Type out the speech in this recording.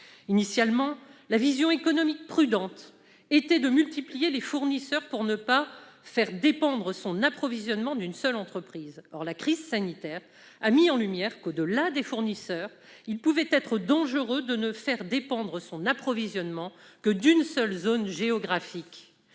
présent, une vision économique prudente consistait à multiplier les fournisseurs pour ne pas faire dépendre son approvisionnement d'une seule entreprise. Or la crise sanitaire a mis en lumière que, au-delà des fournisseurs, il pouvait être dangereux que l'approvisionnement dépende d'une seule zone géographique.